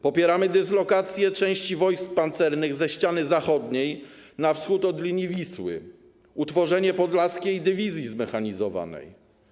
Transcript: Popieramy dyslokację części wojsk pancernych ze ściany zachodniej na wschód od linii Wisły, utworzenie Podlaskiej Dywizji Zmechanizowanej.